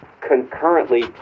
concurrently